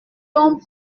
donc